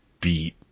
beat